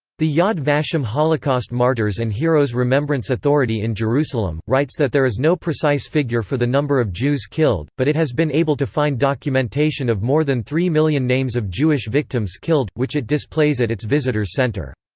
the yad vashem holocaust martyrs' and heroes' remembrance authority in jerusalem, writes that there is no precise figure for the number of jews killed, but it has been able to find documentation of more than three million names of jewish victims killed, which it displays at its visitors center.